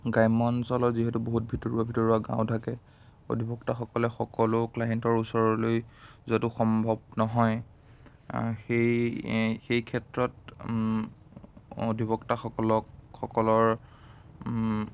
গ্ৰাম্য অঞ্চলত যিহেতু বহুত ভিতৰুৱা ভিতৰুৱা গাঁও থাকে অধিবক্তাসকলে সকলো ক্লাইণ্টৰ ওচৰলৈ যোৱাটো সম্ভৱ নহয় সেই সেই ক্ষেত্ৰত অধিবক্তাসকলক সকলৰ